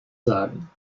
sagen